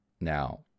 Now